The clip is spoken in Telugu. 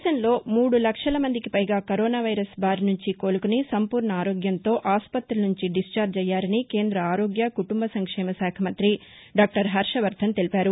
దేశంలో మూడు లక్షల మందికి పైగా కరోనా వైరస్ బారినుంచి కోలుకుని సంపూర్ణ ఆరోగ్యంతో ఆసుపుతుల నుంచి డిశ్చార్ణి అయ్యారని కేంద్ర ఆరోగ్య కుటుంబ సంక్షేమశాఖ మంతి డాక్టర్ హర్షవర్ణన్ తెలిపారు